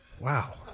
Wow